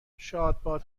شادباد